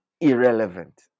irrelevant